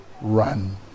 run